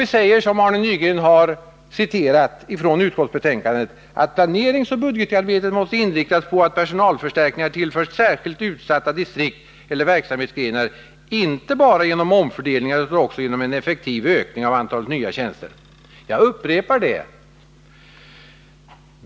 Vi säger, som Arne Nygren har citerat från utskottsbetänkandet, att planeringsoch budgetarbetet måste inriktas på att personalförstärkningar tillförs särskilt utsatta distrikt eller verksamhetsgrenar, inte bara genom omfördelningar utan också genom en effektiv ökning av antalet nya tjänster — jag upprepar det.